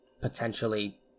potentially